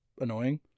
annoying